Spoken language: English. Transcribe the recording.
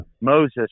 Moses